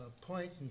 point